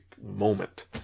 moment